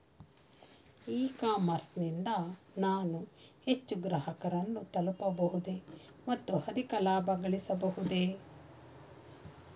E commerce ನಿಂದ ನಾನು ಹೆಚ್ಚು ಗ್ರಾಹಕರನ್ನು ತಲುಪಬಹುದೇ ಮತ್ತು ಅಧಿಕ ಲಾಭಗಳಿಸಬಹುದೇ?